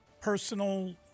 personal